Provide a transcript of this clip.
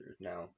Now